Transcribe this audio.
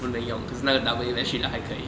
不能有可是那个 double A battery 的那个还可以